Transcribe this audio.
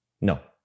No